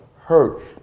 hurt